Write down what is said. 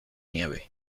nieve